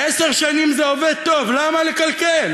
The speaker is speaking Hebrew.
עשר שנים זה עובד טוב, למה לקלקל?